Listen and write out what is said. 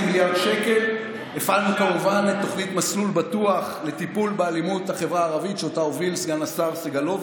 הפעלנו את תוכנית החומש לחברה הערבית בשנה האחרונה.